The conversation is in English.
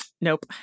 Nope